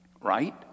right